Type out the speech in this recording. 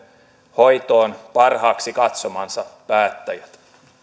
hoitoon parhaaksi katsomansa päättäjät